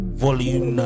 volume